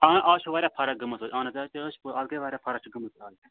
اہن آز چھِ واریاہ فرق گٔمٕژ حظ اہن حظ تہِ حظ تہِ حظ چھِ پوٚز اَز گٔے واریاہ فرق چھِ گٔمٕژ اَز